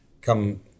come